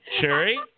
Sherry